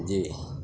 جی